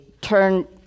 turn